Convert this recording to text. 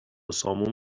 سامون